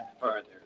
further